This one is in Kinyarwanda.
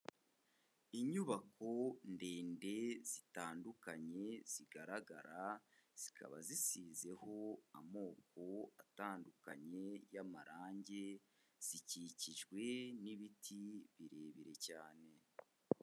Inyubako ndende zitandukanye zigaragara, zikaba zisizeho amoko atandukanye y'amarangi, zikikijwe n'ibiti birebire cyane.